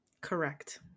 Correct